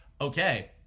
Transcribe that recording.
okay